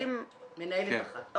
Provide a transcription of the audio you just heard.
מנהלת אחת.